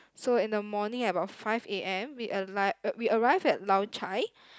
so in the morning like about five A_M we alight we arrived at Lao Cai